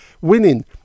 winning